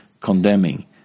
condemning